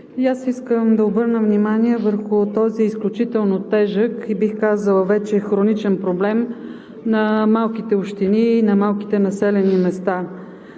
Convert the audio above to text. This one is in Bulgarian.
аз искам да обърна внимание върху този изключително тежък и бих казала вече хроничен проблем на малките общини и на малките населени места.